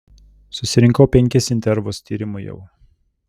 susirinkau penkis intervus tyrimui jau